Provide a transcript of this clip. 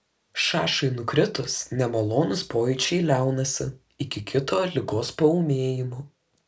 šašui nukritus nemalonūs pojūčiai liaunasi iki kito ligos paūmėjimo